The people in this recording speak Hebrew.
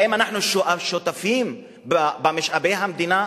האם אנחנו שותפים במשאבי המדינה?